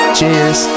Cheers